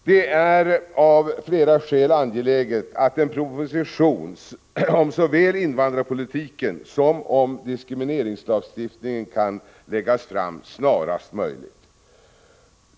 Det är av flera skäl angeläget att en proposition om såväl invandrarpolitiken som om diskrimineringslagstiftningen kan läggas fram snarast möjligt.